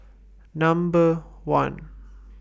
Number one